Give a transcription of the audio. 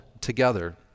together